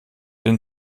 den